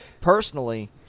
personally